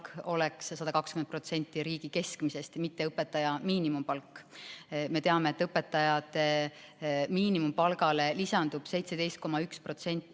oleks õpetaja keskmine palk, mitte õpetaja miinimumpalk. Me teame, et õpetaja miinimumpalgale lisandub 17,1%